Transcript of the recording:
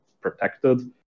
protected